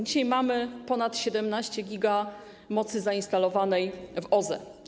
Dzisiaj mamy ponad 17 GW mocy zainstalowanej w OZE.